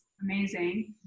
amazing